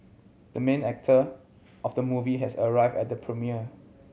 the main actor of the movie has arrived at the premiere